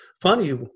funny